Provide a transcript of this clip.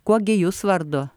kuo gi jūs vardu